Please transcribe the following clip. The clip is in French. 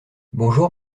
bonjour